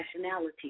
nationality